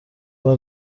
ببر